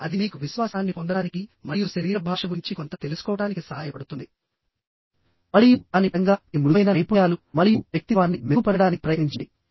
కానీ అది మీకు విశ్వాసాన్ని పొందడానికి మరియు శరీర భాష గురించి కొంత తెలుసుకోవడానికి సహాయపడుతుంది మరియు దాని పరంగా మీ మృదువైన నైపుణ్యాలు మరియు వ్యక్తిత్వాన్ని మెరుగుపరచడానికి ప్రయత్నించండి